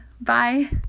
Bye